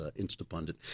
Instapundit